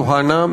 שמה יוהנה,